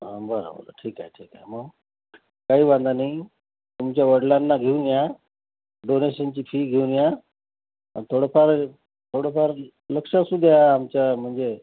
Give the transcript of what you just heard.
हा बरोबर आहे ठीक आहे ठीक आहे मग काही वांधा नाही तुमच्या वडिलांना घेऊन या डोनेशनची फी घेऊन या आणि थोडं फार थोडं फार लक्ष असू द्या आमच्या म्हणजे